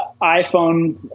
iPhone